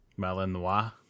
Malinois